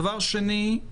דבר שני.